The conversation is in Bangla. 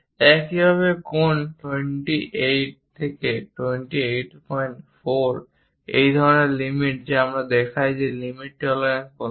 একইভাবে কোণ 280 থেকে 284 এই ধরনের লিমিট যদি আমরা দেখাই যে লিমিট টলারেন্স বলা হয়